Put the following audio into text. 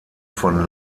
von